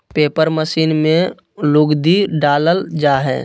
paper machine में लुगदी डालल जा हय